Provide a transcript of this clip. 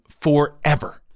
forever